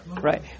Right